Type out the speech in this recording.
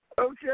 Okay